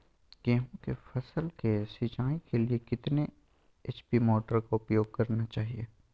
गेंहू की फसल के सिंचाई के लिए कितने एच.पी मोटर का उपयोग करना चाहिए?